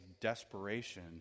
desperation